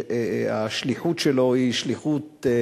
שהשליחות שלו היא שליחות.